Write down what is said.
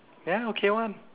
ya okay one